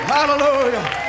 Hallelujah